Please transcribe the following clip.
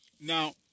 Now